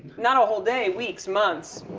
not a whole day, weeks, months,